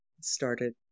started